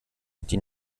die